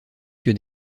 que